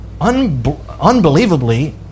unbelievably